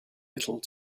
little